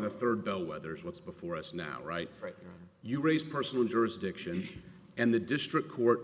the third bellwethers what's before us now right right you raised personal jurisdiction and the district court